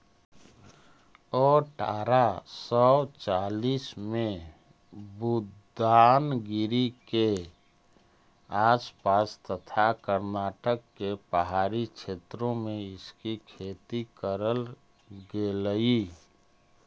अठारा सौ चालीस में बुदानगिरी के आस पास तथा कर्नाटक के पहाड़ी क्षेत्रों में इसकी खेती करल गेलई